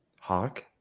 Hawk